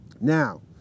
Now